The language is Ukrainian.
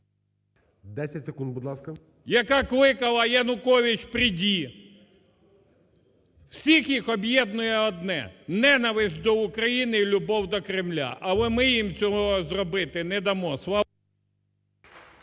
Яка кликала: "Янукович, прийди!". Всіх їх об'єднує одне: ненависть до України і любов до Кремля. Але ми їм цього зробити не дамо!